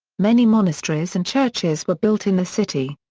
many monasteries and churches were built in the city.